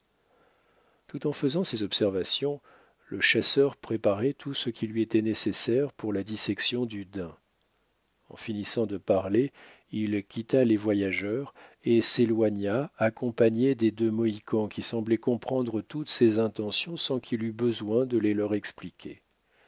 tout en faisant ces observations le chasseur préparait tout ce qui lui était nécessaire pour la dissection du daim en finissant de parler il quitta les voyageurs et s'éloigna accompagné des deux mohicans qui semblaient comprendre toutes ses intentions sans qu'il eût besoin de les leur expliquer